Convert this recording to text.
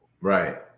Right